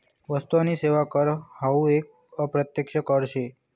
वस्तु आणि सेवा कर हावू एक अप्रत्यक्ष कर शे